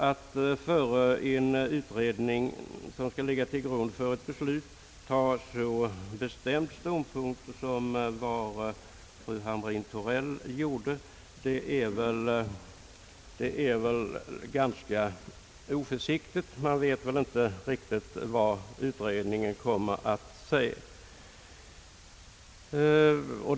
Att före en utredning, som skall ligga till grund för ett beslut, ta så bestämd ståndpunkt som fru Hamrin-Thorell nyss gjorde är väl ganska oförsiktigt. Man vet ändå inte riktigt vad utredningen kommer att föreslå.